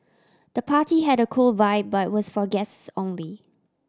the party had a cool vibe but was for guests only